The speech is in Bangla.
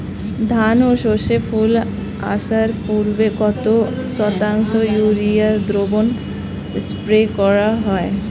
ধান ও সর্ষে ফুল আসার পূর্বে কত শতাংশ ইউরিয়া দ্রবণ স্প্রে করা হয়?